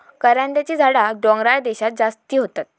करांद्याची झाडा डोंगराळ देशांत जास्ती होतत